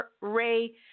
Ray